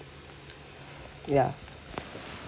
ya